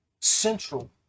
central